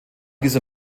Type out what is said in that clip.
dieser